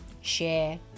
share